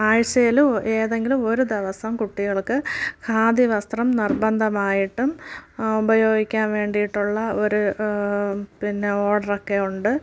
ആഴ്ചയിൽ ഏതെങ്കിലും ഒരു ദിവസം കുട്ടികൾക്ക് ഖാദി വസ്ത്രം നിർബന്ധം ആയിട്ടും ഉപയോഗിക്കാൻ വേണ്ടിയിട്ടുള്ള ഒരു പിന്നെ ഓർഡർ ഒക്കെയുണ്ട്